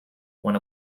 when